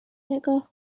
نگاه